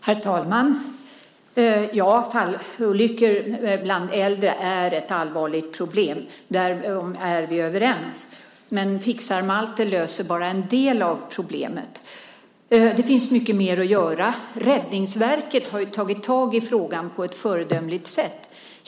Herr talman! Fallolyckor bland äldre är ett allvarligt problem. Därom är vi överens. Men Fixar-Malte löser bara en del av problemet. Det finns mycket mer att göra. Räddningsverket har tagit itu med frågan på ett föredömligt sätt.